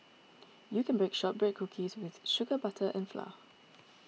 you can bake Shortbread Cookies with sugar butter and flour